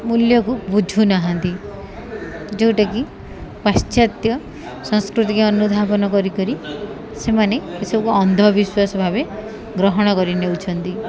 ମୂଲ୍ୟକୁ ବୁଝୁ ନାହାନ୍ତି ଯେଉଁଟାକି ପାଶ୍ଚାତ୍ୟ ସଂସ୍କୃତିକ ଅନୁଧାବନ କରିିକ ସେମାନେ ଏସବକୁ ଅନ୍ଧବିଶ୍ୱାସ ଭାବେ ଗ୍ରହଣ କରି ନେଉଛନ୍ତି